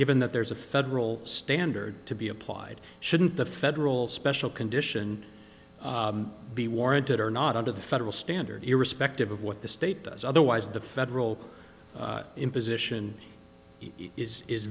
given that there's a federal standard to be applied shouldn't the federal special condition be warranted or not under the federal standard irrespective of what the state does otherwise the federal imposition